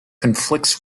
conflicts